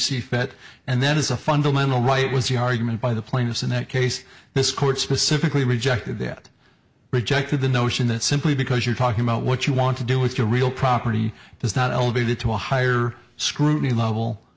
see fit and that is a fundamental right was the argument by the plaintiffs in that case this court specifically rejected that rejected the notion that simply because you're talking about what you want to do with your real property does not elevate it to a higher scrutiny level